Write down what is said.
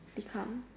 become